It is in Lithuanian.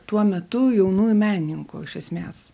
tuo metu jaunųjų menininkų iš esmės